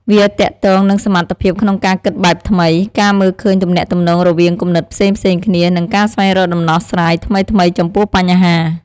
វាទាក់ទងនឹងសមត្ថភាពក្នុងការគិតបែបថ្មី ការមើលឃើញទំនាក់ទំនងរវាងគំនិតផ្សេងៗគ្នា និងការស្វែងរកដំណោះស្រាយថ្មីៗចំពោះបញ្ហា។